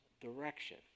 direction